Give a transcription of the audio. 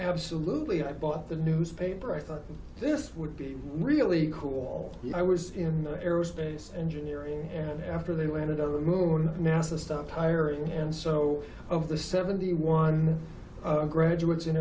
absolutely i bought the newspaper i thought this would be really cool i was in the aerospace engineering and after they landed on the moon nasa stop hiring and so of the seventy one graduates in